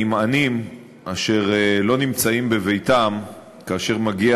נמענים אשר לא נמצאים בביתם כאשר מגיע